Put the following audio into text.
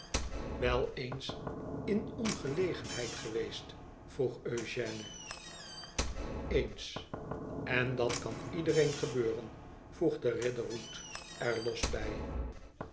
wel eens in ongelegenheid geweest vroeg eugène eens en dat kan iedereen gebeuren voegde riderhood er los bij